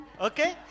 Okay